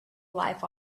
life